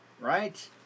right